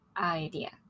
idea